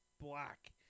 Black